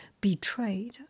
betrayed